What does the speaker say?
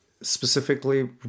specifically